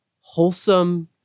wholesome